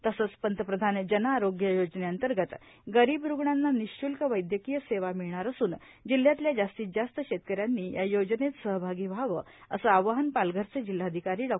तसंच पंतप्रधान जन आरोग्य योजनेअंतर्गत गरीब रूग्णांना निःषुल्क वैद्यकीय सेवा मिळणार असुन जिल्ह्यातल्या जास्तीत जास्त षेतकऱ्यांनी या योजनेत सहभागी व्हावं असं आवाहन पालघरचे जिल्हाधिकारी डॉ